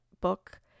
book